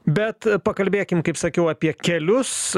bet pakalbėkim kaip sakiau apie kelius